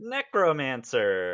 Necromancer